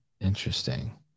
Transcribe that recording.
interesting